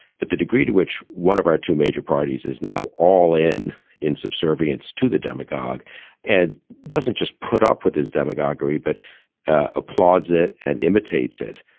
but the degree to which one of our two major parties is now all in in subservience to the demagogue and doesn't just put up with his demagoguery, but applauds it and imitates it.